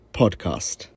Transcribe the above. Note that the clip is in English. podcast